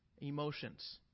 Emotions